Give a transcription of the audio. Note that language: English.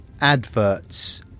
adverts